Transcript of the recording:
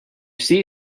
see